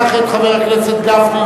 קח את חבר הכנסת גפני,